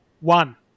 one